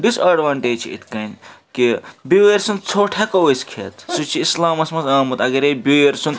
ڈِس اڈونٹیج چھِ اِتھ کٔنۍ کہِ بٲرۍ سُنٛد ژھۄٹھ ہٮ۪کو أسۍ کھٮ۪تھ سُہ چھُ اِسلامَس منٛز آمُت اگرے بٲرۍ سُنٛد